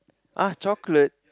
ah chocolate